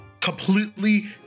completely